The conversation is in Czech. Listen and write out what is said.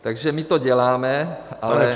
Takže my to děláme, ale